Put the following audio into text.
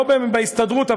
לא בהסתדרות,